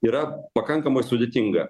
yra pakankamai sudėtinga